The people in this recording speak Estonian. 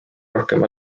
rohkem